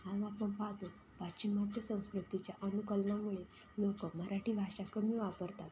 आज आपण पाहतो पाश्चिमात्य संस्कृतीच्या अनुकरणामुळे लोकं मराठी भाषा कमी वापरतात